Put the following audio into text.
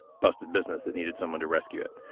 busted business that needed someone to rescue it.